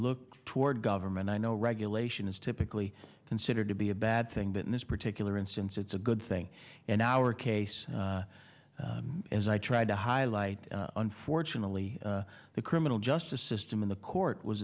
look toward government i know regulation is typically considered to be a bad thing but in this particular instance it's a good thing in our case as i tried to highlight unfortunately the criminal justice system in the court was